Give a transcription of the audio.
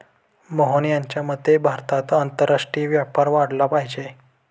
मोहन यांच्या मते भारतात आंतरराष्ट्रीय व्यापार वाढला पाहिजे